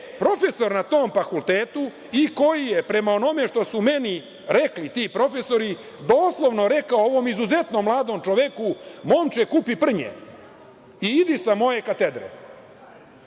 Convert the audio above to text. profesor na tom fakultetu i koji je, prema onome što su meni rekli ti profesori, doslovno rekao ovom izuzetnom mladom čoveku: „Momče, kupi prnje i idi sa moje katedre“.Da